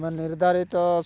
ଆମ ନିର୍ଦ୍ଧାରିତ